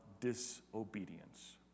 disobedience